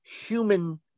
human